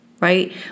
Right